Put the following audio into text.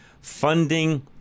funding